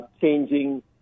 changing